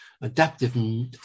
Adaptive